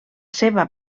seva